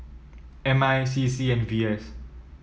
M I C C and V S